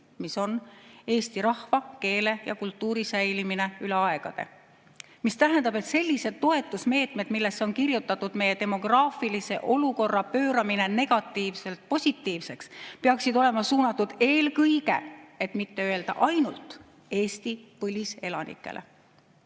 mis on eesti rahva, keele ja kultuuri säilimine üle aegade. See tähendab, et sellised toetusmeetmed, millesse on kirjutatud meie demograafilise olukorra pööramine negatiivselt positiivseks, peaksid olema suunatud eelkõige, et mitte öelda ainult, Eesti põliselanikele.